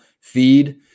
feed